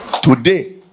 Today